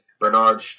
Bernard